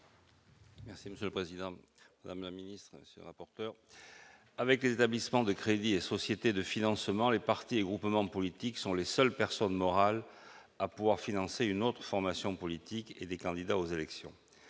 est ainsi libellé : La parole est à M. Jean-Pierre Grand. Avec les établissements de crédit et sociétés de financement, les partis et groupements politiques sont les seules personnes morales à pouvoir financer une autre formation politique et des candidats aux élections.